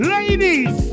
Ladies